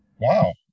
Wow